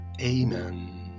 Amen